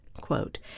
Quote